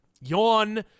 yawn